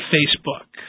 Facebook